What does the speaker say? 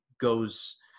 goes